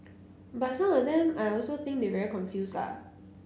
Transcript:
but some of them I also think they very confuse la